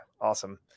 awesome